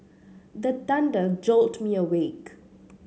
the thunder jolt me awake